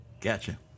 Gotcha